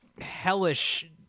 hellish